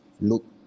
look